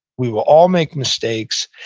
we will all make mistakes,